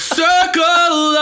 circle